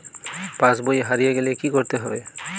পাশবই হারিয়ে গেলে কি করতে হবে?